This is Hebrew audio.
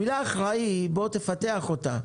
המילה אחראי, תפתח אותה.